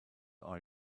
are